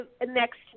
next